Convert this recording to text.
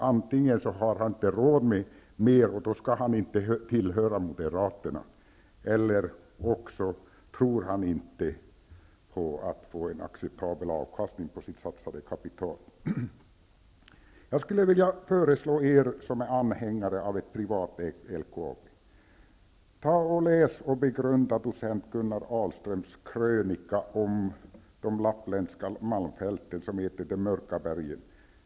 Antingen har han inte råd med mer, och då skall han inte tillhöra Moderaterna, eller också tror han sig inte om att få acceptabel avkastning på sitt satsade kapital. Jag skulle vilja föreslå er som är anhängare av ett privatägt LKAB att läsa och begrunda docent Gunnar Ahlströms krönika De mörka bergen, som handlar om de lappländska malmfälten.